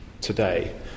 today